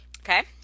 okay